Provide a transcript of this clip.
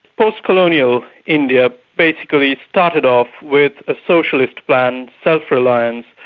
post-colonial india basically started off with a socialist plan, self-reliance,